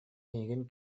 эйигин